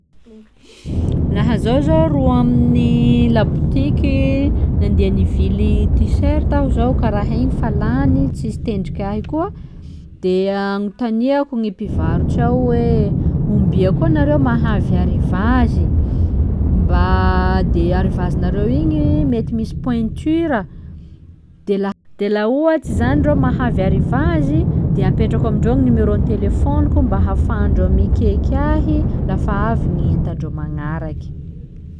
Laha zaho zô ro amin'ny labotiky nandea nivily t-shirt aho zao ka raha igny efa lany tsisy tendriky aho koa de agnontaniako gny mpivarotsy ao hoe ombia koa nareo mahavy arrivage i mba de arrivagenareo igny mety misy pointure de la- de laha ohatsy zany reo mahavy arrivage i de apetrako amireo numeron'ny telefôniko mba hahafahandreo mikeky ahy la fa avy gny entandreo magnaraky.